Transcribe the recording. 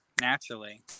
naturally